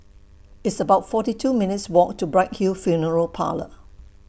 It's about forty two minutes' Walk to Bright Hill Funeral Parlour